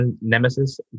Nemesis